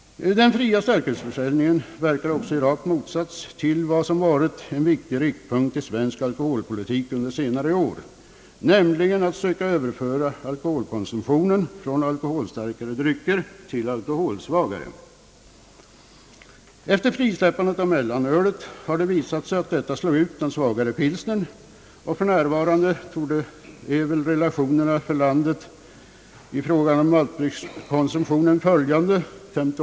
Den fria försäljningen av starköl verkar också i rak motsats till vad som varit en viktig riktpunkt i svensk alkoholpolitik under senare år, nämligen att söka överföra alkoholkonsumtionen från alkoholstarkare drycker till alkoholsvagare. Efter frisläppandet av mellanölet har det visat sig att detta slog ut den svagare pilsnern. 58 procent mellanöl och 32 procent pilsner är dagens fördelning av maltdryckskonsumtionen i landet.